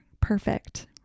perfect